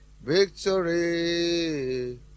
Victory